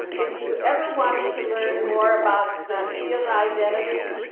if you've ever wanted to learn more about the field identity,